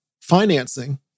financing